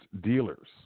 dealers